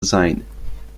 sein